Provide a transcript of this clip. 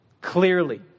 clearly